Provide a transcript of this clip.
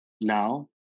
now